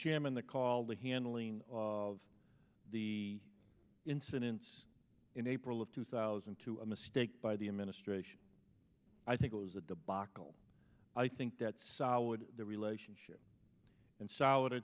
chairman the call the handling of the incidents in april of two thousand and two a mistake by the administration i think it was a debacle i think that soured the relationship and so